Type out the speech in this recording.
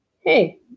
hey